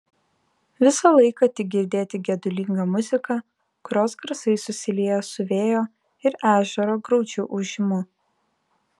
visą laiką tik girdėti gedulinga muzika kurios garsai susilieja su vėjo ir ežero graudžiu ūžimu